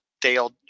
Dale